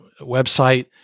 website